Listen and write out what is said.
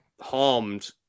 harmed